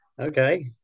Okay